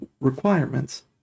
requirements